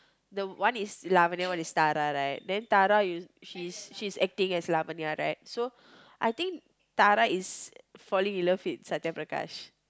the one is Lavinia one is Tara right then Tara he's she's acting as Lavinia right so I think Tara is falling in love with Sathya Prakash